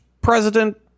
president